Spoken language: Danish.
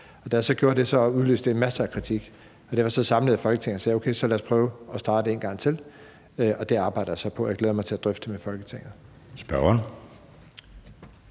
Da jeg så gjorde det, udløste det masser af kritik, og derfor samlede jeg Folketinget og sagde: Okay, så lad os prøve at starte en gang til. Det arbejder jeg så på, og jeg glæder mig til at drøfte det med Folketinget.